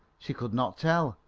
she could not tell.